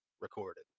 recorded